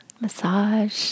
Massage